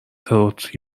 تروت